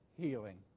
healing